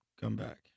comeback